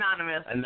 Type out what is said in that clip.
Anonymous